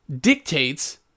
dictates